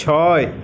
ছয়